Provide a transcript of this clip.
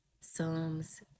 psalms